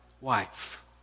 wife